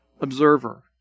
observer